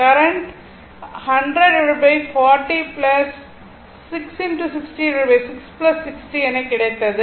current என கிடைத்தது